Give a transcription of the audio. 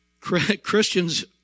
Christians